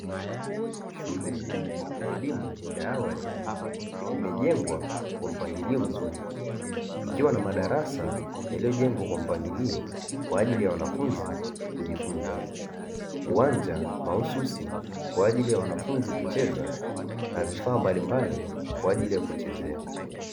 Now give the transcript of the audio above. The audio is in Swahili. Shule ya elimu ya awali imejengwa kwa mpangilio mzuri ikiwa na madarasa yaliyojengwa kwa mpangilio kwa ajili ya wanafunzi kujifunza, uwanja mahususi kwa ajili ya wanafunzi kucheza, na vifaa mbalimbali kwa ajili ya kuchezea.